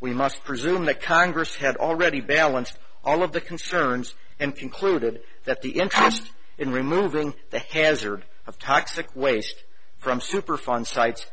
we must presume that congress had already balanced all of the concerns and concluded that the interest in removing the hazard of toxic waste from superfund sites